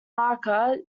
marker